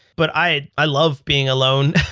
but i i love being alone.